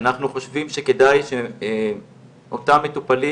אנחנו חושבים שכדאי שאותם מטופלים